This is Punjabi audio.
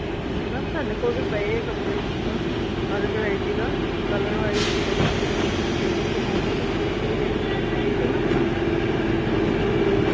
ਹਾਂਜੀ ਮੈਮ ਸਾਡੇ ਕੋਲ ਵੀ ਪਏ ਹੈ ਕੱਪੜੇ ਜਿਸ ਤਰ੍ਹਾਂ ਹਰ ਵਰਾਇਟੀ ਦਾ ਕਲਰ ਵਾਈਸ ਜਿੱਦਾਂ ਤੁਸੀਂ ਤੁਹਾਨੂੰ ਜੋ ਵੀ ਪਸੰਦ ਹੋਏ ਤੁਸੀਂ ਇੱਥੋਂ ਵੀ ਦੇਖ ਸਕਦੇ ਹੋ ਬੁਟੀਕ ਹੈ ਨਾ ਆਪਣਾ ਹਾਂਜੀ